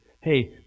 Hey